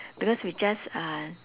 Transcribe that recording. because we just uh